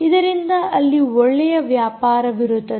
ಇದರಿಂದ ಅಲ್ಲಿ ಒಳ್ಳೆಯ ವ್ಯಾಪಾರವಿರುತ್ತದೆ